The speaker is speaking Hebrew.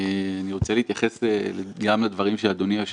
אתם יושבים ודנים גם לראות את הבעיות שיש